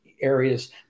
areas